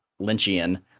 Lynchian